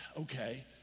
okay